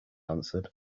answered